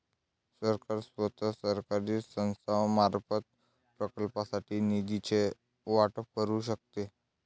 सरकार स्वतः, सरकारी संस्थांमार्फत, प्रकल्पांसाठी निधीचे वाटप करू शकते